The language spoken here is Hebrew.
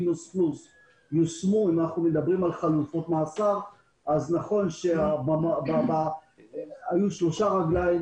אם אנחנו מדברים על חלופות מאסר אז נכון שהיו שלוש רגליים